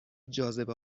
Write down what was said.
جاذبه